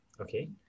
Okay